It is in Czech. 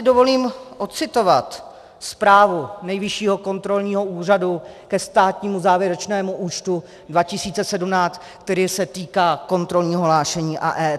Dovolím si ocitovat zprávu Nejvyššího kontrolního úřadu ke státnímu závěrečnému účtu 2017, který se týká kontrolního hlášení a EET.